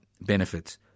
benefits